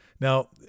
Now